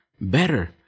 better